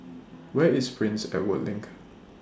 Where IS Prince Edward LINK